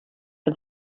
for